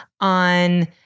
on